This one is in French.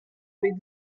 avec